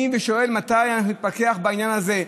אני שואל מתי אנחנו נתפכח בעניין הזה.